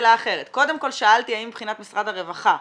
קודם כל שאלתי האם מבחינת משרד הרווחה,